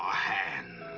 ah hands